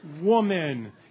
Woman